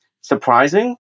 surprising